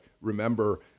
remember